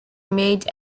made